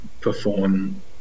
perform